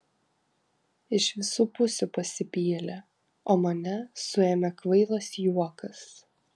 iš visų pusių pasipylė o mane suėmė kvailas juokas